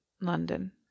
London